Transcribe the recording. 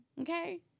okay